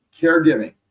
caregiving